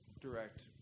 direct